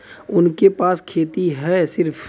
उनके पास खेती हैं सिर्फ